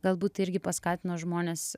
galbūt tai irgi paskatino žmones